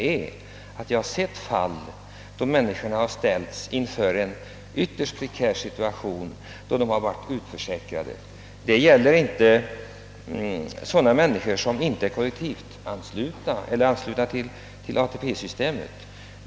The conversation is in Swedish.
Jag har nämligen sett fall där människor har ställts inför en ytterst prekär situation, då maken har varit utförsäkrad, trots att de var kollektivt anslutna till ATP-systemet.